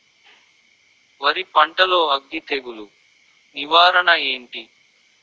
వరి పంటలో అగ్గి తెగులు నివారణ ఏంటి?